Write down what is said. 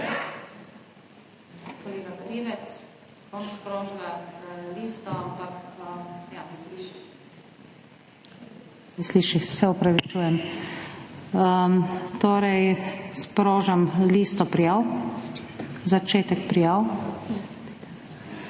kolega Krivec. Bom sprožila listo, ampak… Ne sliši, se opravičujem. Torej, sprožam listo prijav. Začetek prijav.